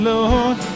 Lord